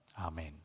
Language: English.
Amen